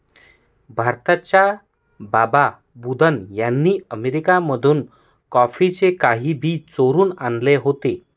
भारताच्या बाबा बुदन यांनी अरेबिका मधून कॉफीचे काही बी चोरून आणले होते